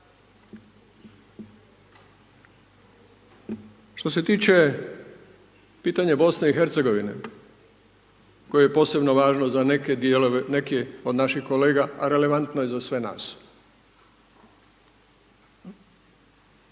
Što se tiče pitanje Bosne i Hercegovine, koje je posebno važno za neke dijelove, neke od naših kolega, a relevantno je za sve nas.